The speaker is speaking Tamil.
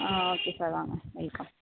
ஆ ஓகே சார் வாங்க வெல்கம்